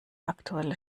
aktuelle